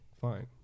fine